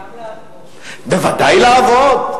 גם לעבוד, בוודאי, גם לעבוד.